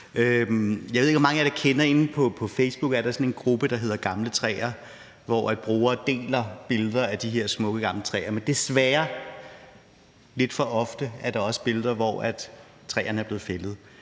Jeg ved ikke, hvor mange af jer der kender sådan en gruppe på Facebook, der hedder »Gamle træer«, hvor brugere deler billeder af de her smukke gamle træer. Men desværre er der lidt for ofte også billeder, hvor træerne er blevet fældet,